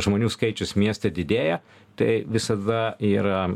žmonių skaičius mieste didėja tai visada yra